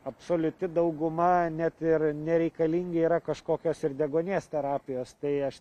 absoliuti dauguma net ir nereikalingi yra kažkokios ir deguonies terapijos tai aš